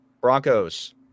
Broncos